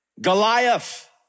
Goliath